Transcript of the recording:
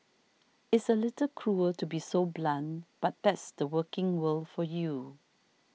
it's a little cruel to be so blunt but that's the working world for you